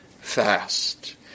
fast